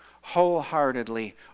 wholeheartedly